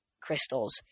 crystals